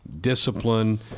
discipline